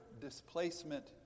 displacement